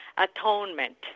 Atonement